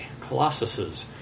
colossuses